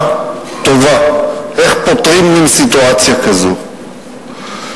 טובה איך פותרים מין סיטואציה כזאת.